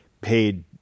paid